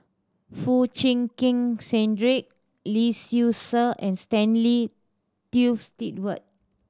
Foo Chee Keng Cedric Lee Seow Ser and Stanley Toft Stewart